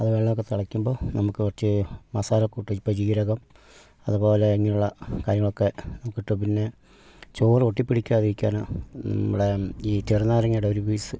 ആ വെള്ളം ഒക്കെ തിളയ്ക്കുമ്പോൾ നമുക്ക് കുറച്ച് മസാലക്കൂട്ട് ഇപ്പം ജീരകം അതുപോലെ ഇങ്ങനെയുള്ള കാര്യങ്ങളൊക്കെ ഇട്ട് പിന്നെ ചോറ് ഒട്ടിപിടിക്കാതെ ഇരിക്കാൻ നമ്മുടെ ഈ ചെറുനാരങ്ങയുടെ ഒരു പീസ്